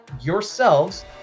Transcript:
yourselves